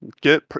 get